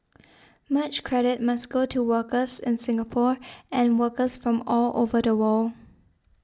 much credit must go to workers in Singapore and workers from all over the world